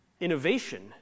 innovation